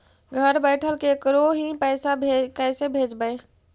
घर बैठल केकरो ही पैसा कैसे भेजबइ?